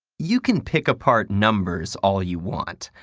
you can pick apart numbers all you want,